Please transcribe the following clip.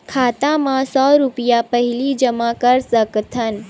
खाता मा सौ रुपिया पहिली जमा कर सकथन?